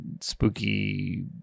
spooky